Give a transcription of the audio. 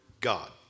God